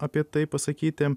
apie tai pasakyti